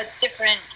different